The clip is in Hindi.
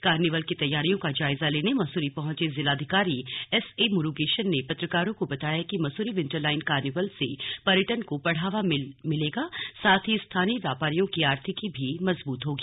कार्निवल की तैयारियों का जायजा लेने मसूरी पहुंचे जिलाधिकारी एस ए मुरुगेशन ने पत्रकारों को बताया कि मसूरी विन्टरलाईन कार्निवल से पर्यटन को बढ़ावा मिलेगा साथ ही स्थानीय व्यापारियों की आर्थिकी भी मजबूत होगी